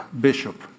bishop